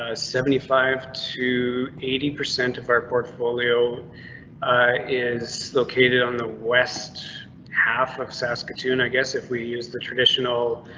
ah seventy five to eighty percent of our portfolio is located on the west half of saskatoon. i guess if we use the traditional,